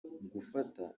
gufata